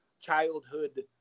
childhood